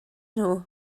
nhw